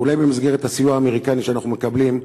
אולי במסגרת הסיוע האמריקני שאנחנו מקבלים,